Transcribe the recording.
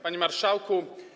Panie Marszałku!